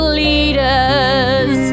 leaders